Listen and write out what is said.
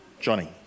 Johnny